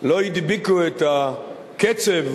לא הדביקו את הקצב